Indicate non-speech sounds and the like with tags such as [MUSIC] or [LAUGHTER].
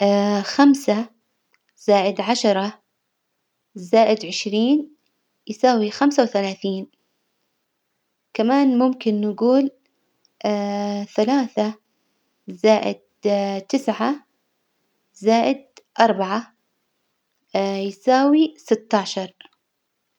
خمسة زائد عشرة زائد عشرين يساوي خمسة وثلاثين، كمان ممكن نجول [HESITATION] ثلاثة زائد [HESITATION] تسعة زائد أربعة [HESITATION] يساوي ستاشر.